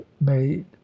made